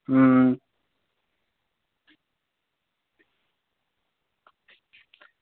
अं